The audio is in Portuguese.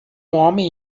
homem